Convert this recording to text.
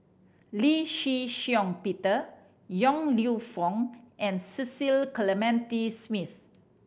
Lee Shih Shiong Peter Yong Lew Foong and Cecil Clementi Smith